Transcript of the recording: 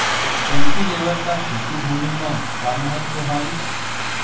Dumpy level का खेती भुमि म का महत्व हावे?